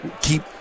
keep